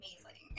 amazing